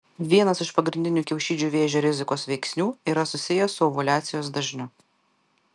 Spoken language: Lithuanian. vienas iš pagrindinių kiaušidžių vėžio rizikos veiksnių yra susijęs su ovuliacijos dažniu